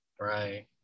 Right